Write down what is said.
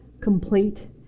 complete